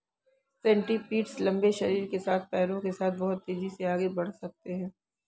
centipedes लंबे शरीर के साथ पैरों के साथ बहुत तेज़ी से आगे बढ़ सकते हैं